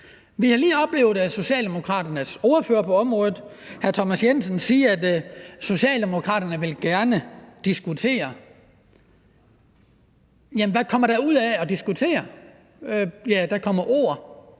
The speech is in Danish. Vi har lige oplevet Socialdemokraternes ordfører på området, hr. Thomas Jensen, sige, at Socialdemokraterne gerne vil diskutere. Jamen hvad kommer der ud af at diskutere? Ja, der kommer ord